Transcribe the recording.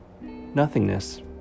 nothingness